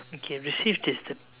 okay received is the